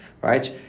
right